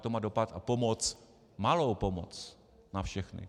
To má dopad a pomoc, malou pomoc, na všechny.